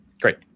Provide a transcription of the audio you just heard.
great